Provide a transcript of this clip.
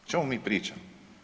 O čemu mi pričamo?